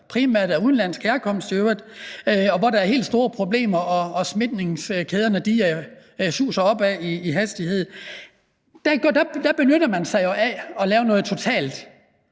primært af udenlandsk herkomst, og hvor der er meget store problemer og smittekæderne spreder sig hastigt. Der benytter man sig jo af at lave noget totalt.